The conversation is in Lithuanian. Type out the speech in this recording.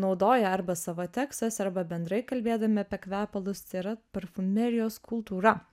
naudoja arba savo tekstuose arba bendrai kalbėdami apie kvepalus tai yra parfumerijos kultūra